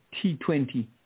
T20